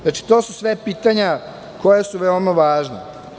Znači, to su sve pitanja koja su veoma važna.